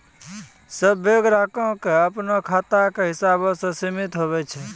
सभ्भे ग्राहको के अपनो खाता के हिसाबो से सीमित हुवै छै